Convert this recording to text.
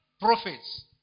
prophets